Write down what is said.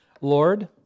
Lord